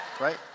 right